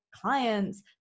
clients